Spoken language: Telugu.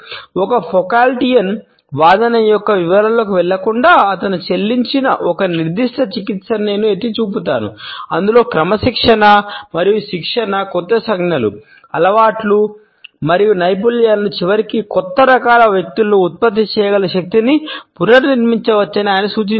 ఒక ఫౌకాల్డియన్ వాదన యొక్క వివరాల్లోకి వెళ్లకుండా అతను చెల్లించిన ఒక నిర్దిష్ట చికిత్సను నేను ఎత్తి చూపుతాను అందులో క్రమశిక్షణ మరియు శిక్షణ కొత్త సంజ్ఞలు చర్యలు అలవాట్లు మరియు నైపుణ్యాలను చివరికి కొత్త రకాల వ్యక్తులను ఉత్పత్తి చేయగల శక్తిని పునర్నిర్మించవచ్చని ఆయన సూచించారు